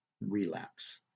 relapse